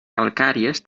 calcàries